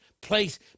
place